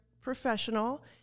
professional